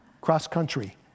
cross-country